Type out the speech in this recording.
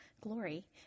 glory